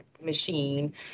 machine